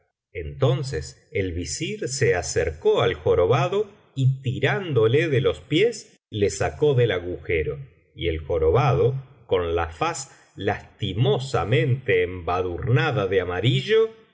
entonces el visir se acercó al jorobado y tirándole de los pies le sacó del agujero y el jorobado con la faz lastimosamente embadurnada de amarillo